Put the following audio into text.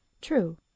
True